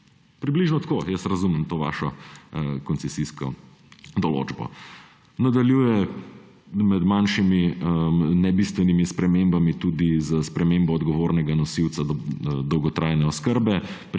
Približno tako jaz razumem to vašo koncesijsko določbo. Med manjšimi nebistvenimi spremembami nadaljuje tudi s spremembo odgovornega nosilca dolgotrajne oskrbe,